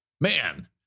man